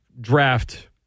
draft